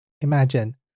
Imagine